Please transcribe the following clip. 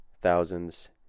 thousands